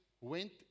went